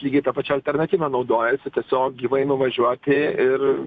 lygiai ta pačia alternatyva naudojuosi tiesiog gyvai nuvažiuoti ir